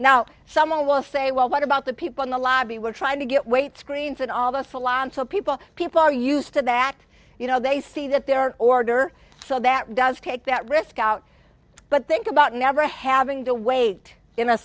now someone will say well what about the people in the lobby were trying to get wait screens and all the salon so people people are used to that you know they see that there are order so that does take that risk out but think about never having to wait in a